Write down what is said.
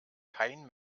kein